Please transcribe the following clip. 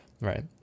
right